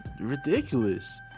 ridiculous